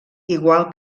igual